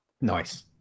Nice